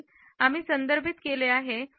आम्ही संदर्भित केले आहे